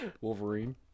Wolverine